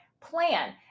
plan